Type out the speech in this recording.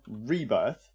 Rebirth